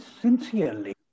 sincerely